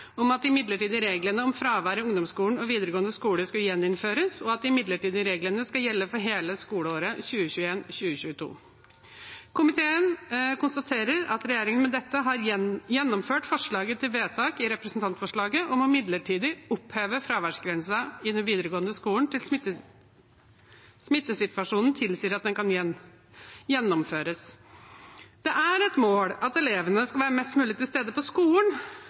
om at de midlertidige reglene om fravær i ungdomsskolen og videregående skole skulle gjeninnføres, og at de midlertidige reglene skal gjelde for hele skoleåret 2021–2022. Komiteen konstaterer at regjeringen med dette har gjennomført forslaget til vedtak i representantforslaget om midlertidig å oppheve fraværsgrensen i den videregående skolen til smittesituasjonen tilsier at den kan gjennomføres. Det er et mål at elevene skal være mest mulig til stede på skolen,